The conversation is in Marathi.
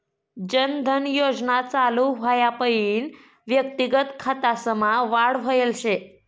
जन धन योजना चालू व्हवापईन व्यक्तिगत खातासमा वाढ व्हयल शे